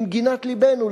למגינת לבנו,